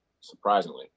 surprisingly